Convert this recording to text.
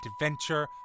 adventure